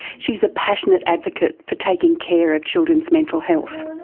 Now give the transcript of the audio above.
she's a passionate advocate for taking care of children's mental health.